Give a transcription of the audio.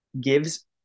gives